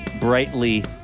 Brightly